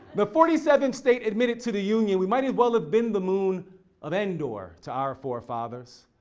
the forty seventh state admitted to the union, we might as well have been the moon of endor to our forefathers.